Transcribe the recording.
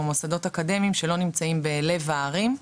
מוסדות אקדמיים שלא נמצאים בלב הערים,